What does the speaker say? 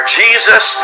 jesus